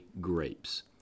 grapes